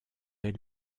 est